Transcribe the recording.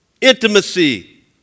intimacy